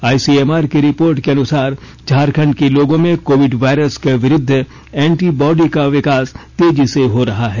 ICMR की रिपोर्ट के अनुसार झारखण्ड के लोगों में कोविड वायरस के विरूद्व एंटीबॉडी का विकास तेजी से हो रहा है